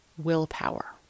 willpower